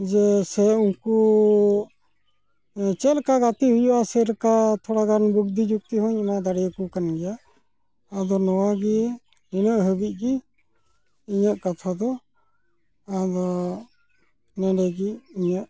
ᱡᱮ ᱥᱮ ᱩᱱᱠᱩ ᱠᱚ ᱪᱮᱫᱞᱮᱠᱟ ᱜᱟᱛᱮᱜ ᱦᱩᱭᱩᱜᱼᱟ ᱪᱮᱫᱞᱮᱠᱟ ᱛᱷᱚᱲᱟᱜᱟᱱ ᱵᱩᱫᱽᱫᱤ ᱡᱩᱠᱛᱤᱦᱚᱸᱧ ᱮᱢᱟ ᱫᱟᱲᱮᱭᱟᱠᱚ ᱠᱟᱱᱜᱮᱭᱟ ᱟᱫᱚ ᱱᱚᱣᱟᱜᱮ ᱤᱱᱟᱹᱜ ᱦᱟᱹᱵᱤᱡᱜᱮ ᱤᱧᱟᱹᱜ ᱠᱟᱛᱷᱟᱫᱚ ᱟᱫᱚ ᱱᱚᱰᱮᱜᱮ ᱤᱧᱟᱹᱜ